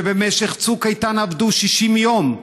שבמשך בצוק איתן עבדו 60 יום,